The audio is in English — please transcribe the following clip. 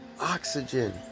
oxygen